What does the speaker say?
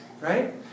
Right